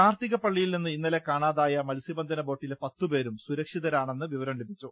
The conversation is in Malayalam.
കാർത്തികപള്ളിയിൽനിന്ന് ഇന്നലെ കാണാതായ മത്സ്യബന്ധന ബോട്ടിലെ പത്തുപേരും സുരക്ഷിതരാണെന്ന് വിവരം ലഭിച്ചു